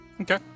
Okay